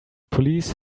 police